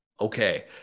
Okay